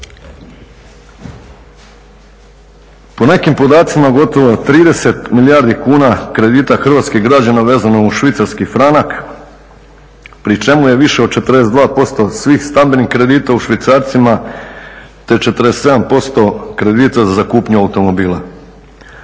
Po nekim podacima gotovo 30 milijardi kuna kredita hrvatskih građani vezano uz švicarski franaka pri čemu je više od 42% svih stambenih kredita u švicarcima, te 47% kredita za kupnju automobila.